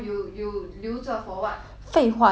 废话 that's money eh 那是 money 买 leh